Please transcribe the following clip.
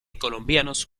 colombianos